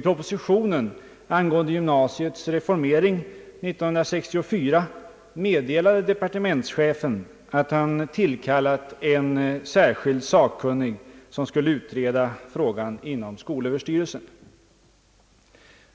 Departementschefen meddelade år 1964 i propositionen angående gymnasiets reformering att han tillkallat en särskild sakkunnig, som inom skolöverstyrelsen skulle utreda frågan.